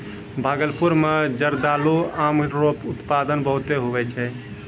भागलपुर मे जरदालू आम रो उत्पादन बहुते हुवै छै